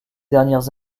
dernières